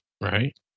Right